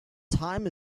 time